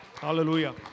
Hallelujah